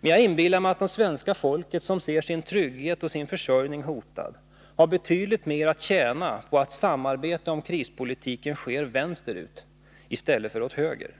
Men jag inbillar mig att det svenska folket, som ser sin trygghet och försörjning hotad, har betydligt mer att tjäna på ett samarbete om krispolitiken som sker åt vänster i stället för åt höger.